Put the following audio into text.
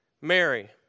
Mary